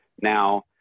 Now